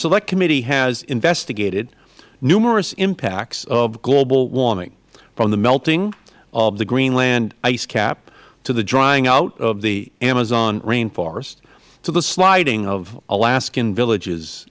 select committee has investigated numerous impacts of global warming from the melting of the greenland ice cap to the drying out of the amazon rain forest to the sliding of alaskan villages